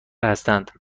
هستند